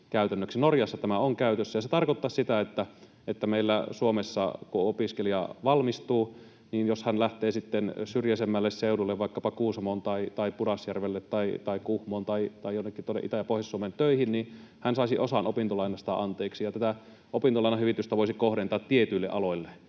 Norjassa tämä on käytössä. Se tarkoittaisi meillä Suomessa sitä, että kun opiskelija valmistuu, niin jos hän sitten lähtee syrjäisemmälle seudulle, vaikkapa Kuusamoon tai Pudasjärvelle tai Kuhmoon tai jonnekin tuonne Itä- ja Pohjois-Suomeen töihin, hän saisi osan opintolainasta anteeksi. Tätä opintolainahyvitystä voisi kohdentaa tietyille aloille.